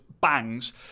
bangs